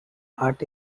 art